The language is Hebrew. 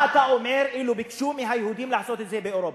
מה היית אומר אילו ביקשו לעשות את זה ליהודים באירופה?